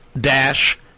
dash